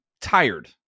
tired